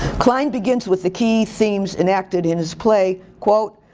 klein begins with a key themes enacted in his play, quote,